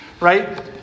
right